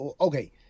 Okay